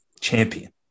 champion